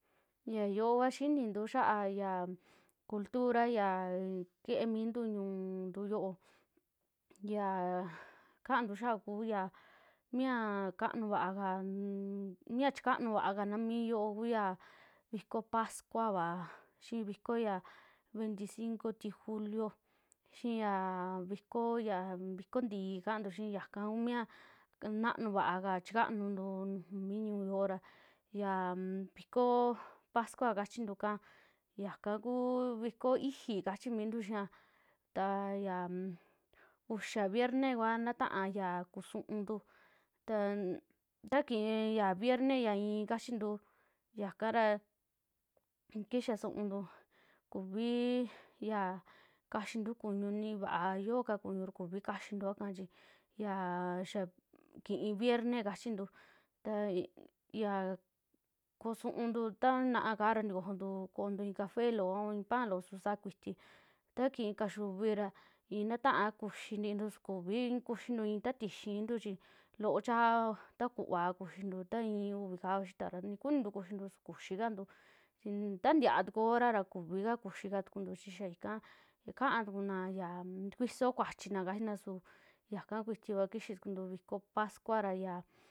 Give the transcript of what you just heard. Ya yoo vaa xinintu xa'a cultura yaa ke'e mintu ñiuntuyoo, yaa kantuu xaa kuuya, mia kanuu vaka, mia chikanuvaa kana mii yoo kuuya viko pascuava, xii vikoo ya veinticinco tii julio, xii ya vikoo ya, vikoo ntii ka'antu xii, yaka kui mia nanuu vaaka chikanuntu nujuu mi ñu'uyo ra yan vikoo pascua kachintuka, yaka kuu vikoo i'ixi kachimintu xia ta yan uxa vierne kua nta'a ya kusu'untu tan takii ya vierne, ya i'i kachintuu yakara xiyaa su'untu kivii ya kaxiintu ku'uñu, ni vaa yoka ku'uñu kuvi kaxiintua ka chii xaa yaa ki'i vierne kachintu ta iya kusu'untu, ta na'a kara ntukojontu koontu i'i cafe loo a i'i panloo su saakuiti ta ki'i kaxiuvi ntuvi ra i'i taata'a kuxiintuntu su kuvi kuxintu taa tixi'intu chi lo'o chaa, ta kuaa kuxintu ntaa i'i, uvi kaa xitaa tu kunintu kuxintu su kuxikantu chi ta nia'a tuku horara kuvika kuxi'i katukuntu chi xaa ika ka'atukuna yaa ntikuisoo kuachina kachina su yaka kuiti kua kixaa tukuntu viko pascuara ra ya.